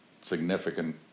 significant